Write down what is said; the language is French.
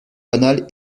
banale